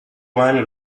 wine